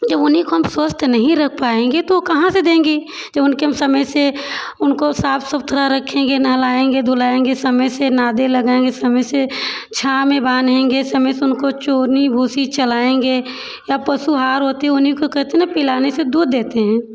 जब उन्हीं को हम स्वस्थ नहीं रख पाएंगे तो कहाँ से देंगी जब उनके समय से उनको साफ सुथरा रखेंगे नहलाएंगे धुलाएंगे समय से नादे लगाएंगे समय से छाँव में बाधेंगे समय से उनको चोनी भूसी चलाएंगे या पशु आहार होते हैं उन्हीं को कहते हैं न पिलाने से दूध देते हैं